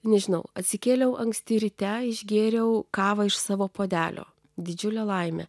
nežinau atsikėliau anksti ryte išgėriau kavą iš savo puodelio didžiulę laimę